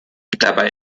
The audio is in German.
dabei